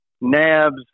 nabs